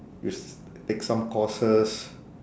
you s~ take some courses